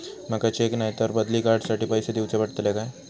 माका चेक नाय तर बदली कार्ड साठी पैसे दीवचे पडतले काय?